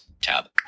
Tab